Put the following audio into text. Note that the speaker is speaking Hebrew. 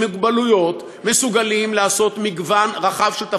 מוגבלות מסוגלים לעשות מגוון רחב של תפקידים,